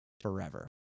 forever